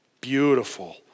Beautiful